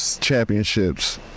championships